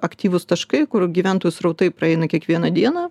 aktyvūs taškai kur gyventojų srautai praeina kiekvieną dieną